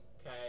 Okay